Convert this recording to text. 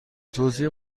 توزیع